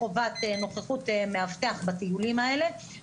קבוצות שמתאמות אתנו את העליות שלהן להר הבית.